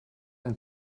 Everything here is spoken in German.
ein